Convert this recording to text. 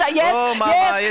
yes